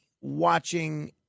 watching